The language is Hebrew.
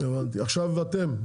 עכשיו אתם.